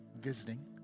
visiting